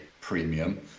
premium